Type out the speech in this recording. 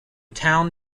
town